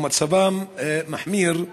מצבן מחמיר,